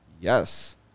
Yes